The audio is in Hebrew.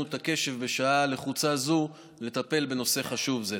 את הקשב בשעה לחוצה זו לטפל בנושא חשוב זה.